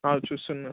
చూస్తున్నా